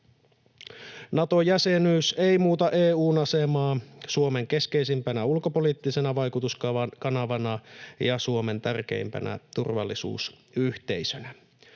Nato-jäsenyys ei muuta EU:n asemaa Suomen keskeisimpänä ulkopoliittisena vaikutuskanavana ja Suomen tärkeimpänä turvallisuusyhteisönä.